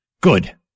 Good